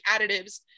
additives